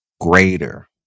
greater